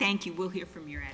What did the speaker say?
thank you we'll hear from your